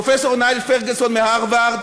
פרופסור ניל פרגוסון מהרווארד,